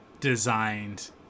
designed